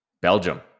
Belgium